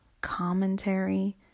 commentary